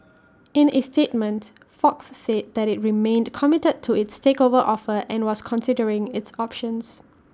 in A statement fox said that IT remained committed to its takeover offer and was considering its options